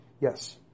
Yes